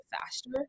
faster